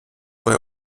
bei